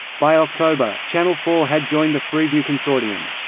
by october, channel four had joined the freeview consortium.